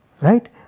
Right